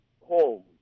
home